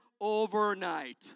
overnight